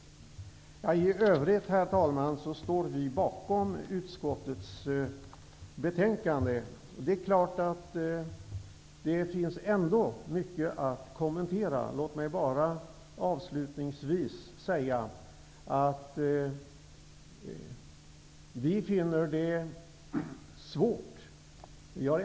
Herr talman! I övrigt står vi socialdemokrater bakom utskottets betänkande. Det finns ändå mycket att kommentera. Låt mig avslutningsvis säga att det finns en del som vi finner svårt.